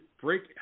break